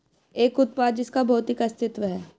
एक उत्पाद जिसका भौतिक अस्तित्व है?